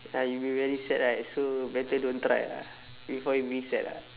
ah you'll be very sad right so better don't try ah before you be sad ah